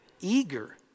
eager